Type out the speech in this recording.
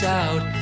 out